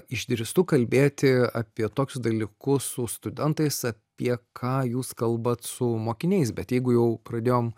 išdrįstu kalbėti apie tokius dalykus su studentais apie ką jūs kalbat su mokiniais bet jeigu jau pradėjom